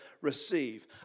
receive